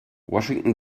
washington